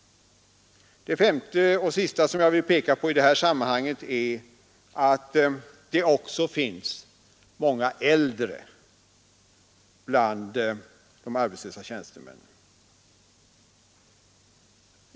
Det femte och sista som jag vill peka på i detta sammanhang är att det också finns många äldre bland de arbetslösa tjänstemännen.